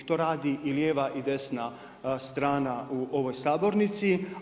To radi i lijeva i desna strana u ovoj sabornici.